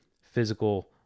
physical